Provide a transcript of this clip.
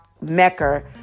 mecca